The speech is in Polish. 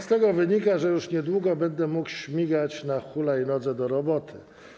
Z tego wynika, że już niedługo będę mógł śmigać na hulajnodze do roboty.